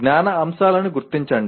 జ్ఞాన అంశాలను గుర్తించండి